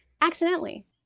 accidentally